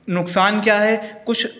नुकसान क्या है कुछ